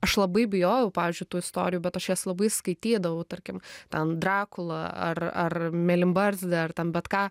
aš labai bijojau pavyzdžiui tų istorijų bet aš jas labai skaitydavau tarkim ten drakulą ar ar mėlynbarzdį ar ten bet ką